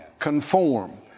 Conform